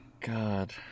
God